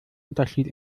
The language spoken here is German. unterschied